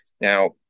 Now